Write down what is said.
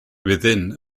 within